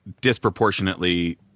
disproportionately